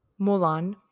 Mulan